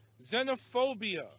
xenophobia